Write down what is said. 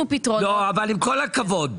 אתה חוזר על כל הדברים,